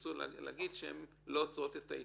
תרצו להגיד שהשנתיים האלה לא עוצרות את ההתיישנות.